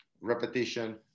Repetition